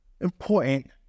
important